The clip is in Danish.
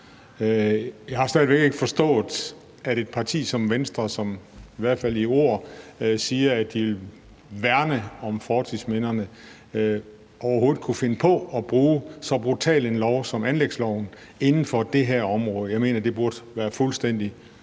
Jeg har stadig væk ikke forstået, at et parti som Venstre, som i hvert fald i ord siger, at de vil værne om fortidsminderne, overhovedet kan finde på at bruge så brutal en lov som anlægsloven inden for det her område. Jeg mener, at det burde være fuldstændig